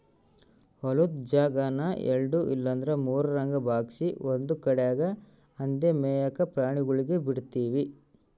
ಹೊಲುದ್ ಜಾಗಾನ ಎಲ್ಡು ಇಲ್ಲಂದ್ರ ಮೂರುರಂಗ ಭಾಗ್ಸಿ ಒಂದು ಕಡ್ಯಾಗ್ ಅಂದೇ ಮೇಯಾಕ ಪ್ರಾಣಿಗುಳ್ಗೆ ಬುಡ್ತೀವಿ